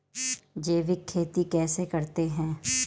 जैविक खेती कैसे करते हैं?